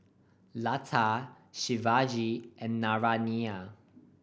Lata Shivaji and Naraina